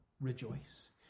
rejoice